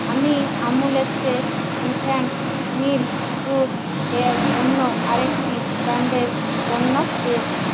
আমি Amul spray infant milk food এর অন্য আরেকটি ব্র্যান্ডের পণ্য পেয়েছি